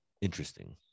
interesting